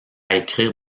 écrire